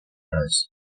photos